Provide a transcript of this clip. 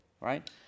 Right